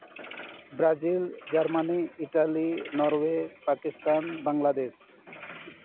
Brazil Germany Italy Norway Pakistan Bangladesh